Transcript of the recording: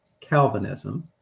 Calvinism